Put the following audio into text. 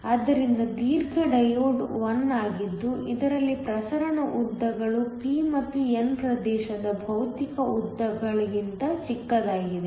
ಆದ್ದರಿಂದ ದೀರ್ಘ ಡಯೋಡ್1 ಆಗಿದ್ದು ಇದರಲ್ಲಿ ಪ್ರಸರಣ ಉದ್ದಗಳು p ಮತ್ತು n ಪ್ರದೇಶದ ಭೌತಿಕ ಉದ್ದಗಳಿಗಿಂತ ಚಿಕ್ಕದಾಗಿದೆ